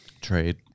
trade